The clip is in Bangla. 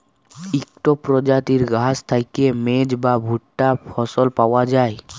ইকট পরজাতির ঘাঁস থ্যাইকে মেজ বা ভুট্টা ফসল পাউয়া যায়